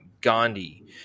Gandhi